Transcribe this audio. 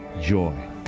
joy